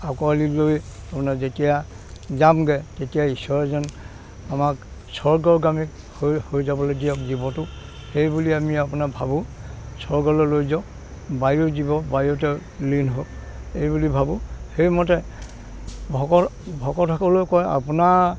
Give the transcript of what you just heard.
আঁকোৱালি লৈ আপোনাৰ যেতিয়া যামগৈ তেতিয়া ইশ্বৰ যেন আমাক স্বৰ্গগামী হৈ হৈ যাবলৈ দিয়ক জীৱনটো সেইবুলি আমি আপোনাৰ ভাবোঁ স্বৰ্গলৈ লৈ যাওক বায়ু জীৱ বায়ুতে লীন হওক এইবুলি ভাবোঁ সেইমতে ভকত ভকতসকলেও কয় আপোনাৰ